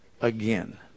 again